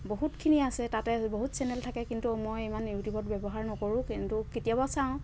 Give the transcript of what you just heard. বহুতখিনি আছে তাতে বহুত চেনেল থাকে কিন্তু মই ইমান ইউটিউবত ব্যৱহাৰ নকৰোঁ কিন্তু কেতিয়াবা চাওঁ